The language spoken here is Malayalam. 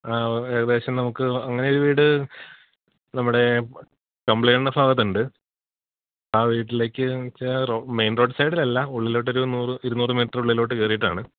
ആ ഏകദേശം നമുക്ക് അങ്ങനെ ഒരു വീട് നമ്മുടെ കമ്പിളികണ്ടം ഭാഗത്തുണ്ട് ആ വീട്ടിലേക്ക് മെയിൻ റോഡ് സൈഡിൽ അല്ല ഉള്ളിലോട്ടൊരു നൂറ് ഇരുന്നൂറ് മീറ്ററുള്ളിലോട്ട് കയറിയിട്ടാണ്